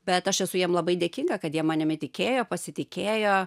bet aš esu jiem labai dėkinga kad jie manimi tikėjo pasitikėjo